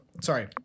sorry